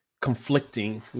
conflicting